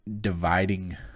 dividing